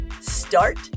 start